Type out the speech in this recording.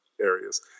areas